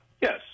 Yes